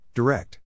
Direct